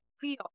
feel